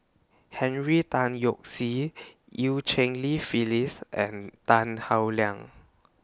Henry Tan Yoke See EU Cheng Li Phyllis and Tan Howe Liang